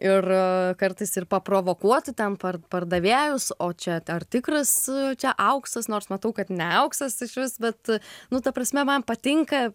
ir kartais ir paprovokuoti ten par pardavėjus o čia ar tikras čia auksas nors matau kad ne auksas išvis bet nu ta prasme man patinka